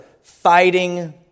fighting